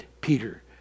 Peter